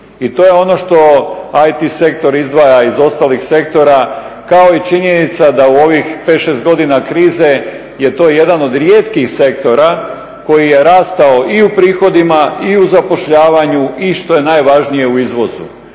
i to je ono što IT sektor izdvaja iz ostalih sektora, kao i činjenica da u ovih 5-6 godina krize je to jedan od rijetkih sektora koji je rastao i u prihodima i u zapošljavanju i što je najvažnije u izvozu.